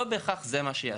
לא בהכרח זה מה שיעזור.